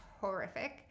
horrific